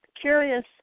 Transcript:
curious